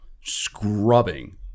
scrubbing